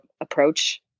approach